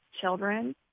children